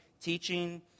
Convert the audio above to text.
teaching